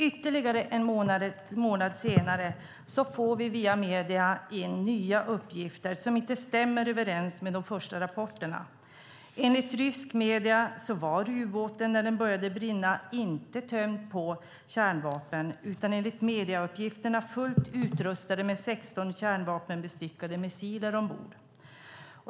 Ytterligare en månad senare får vi via medierna nya uppgifter som inte stämmer överens med de första rapporterna. Enligt ryska medier var ubåten när den började brinna inte tömd på kärnvapen utan enligt medieuppgifterna fullt utrustad med 16 kärnvapenbestyckade missiler ombord.